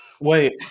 Wait